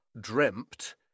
dreamt